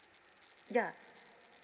ya